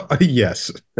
Yes